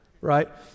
right